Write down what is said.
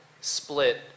split